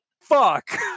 fuck